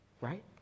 right